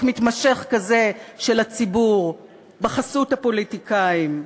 מתמשך כזה של הציבור בחסות הפוליטיקאים.